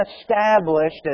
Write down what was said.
established